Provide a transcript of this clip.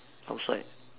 outside